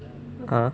ah